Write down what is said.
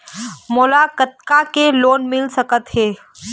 मोला कतका के लोन मिल सकत हे?